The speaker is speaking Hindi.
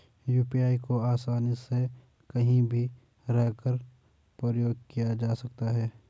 यू.पी.आई को आसानी से कहीं भी रहकर प्रयोग किया जा सकता है